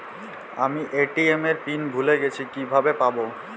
আমি এ.টি.এম এর পিন ভুলে গেছি কিভাবে পাবো?